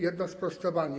Jedno sprostowanie.